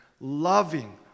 loving